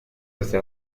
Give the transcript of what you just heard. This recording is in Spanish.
desde